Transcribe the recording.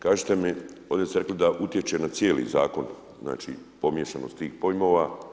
Kažite mi, ovdje ste rekli da utječe na cijeli zakon, znači pomiješanost tih pojmova.